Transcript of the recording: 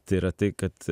tai yra tai kad